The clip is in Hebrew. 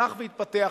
הלך והתפתח,